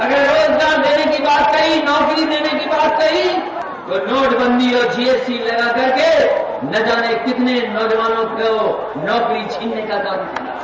अगर रोजगार की बात कही नौकरी देने की बात कही तो नोटबंदी और जीएसटी लगाकर न जाने कितने नौजवानों की नौकरी छीनने का काम किया